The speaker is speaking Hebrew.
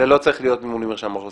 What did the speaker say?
זה לא צריך להיות מול מרשם האוכלוסין.